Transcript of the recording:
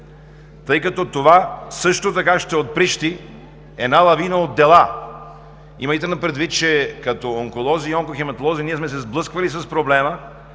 тъй като това също така ще отприщи една лавина от дела. Имайте предвид, че като онколози и онкохематолози ние сме се сблъсквали с проблема,